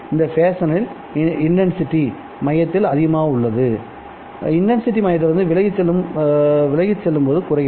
இந்த ஃபேஷன்னில் இன்டன்சிடி மையத்தில் அதிகமாக உள்ளது இன்டன்சிடி மையத்திலிருந்து விலகிச் செல்லும்போது குறைகிறது